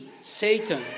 Satan